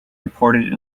reported